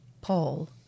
Paul